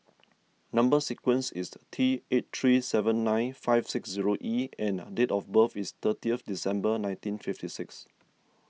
Number Sequence is T eight three seven nine five six zero E and date of birth is thirtieth December nineteen fifty six